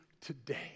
today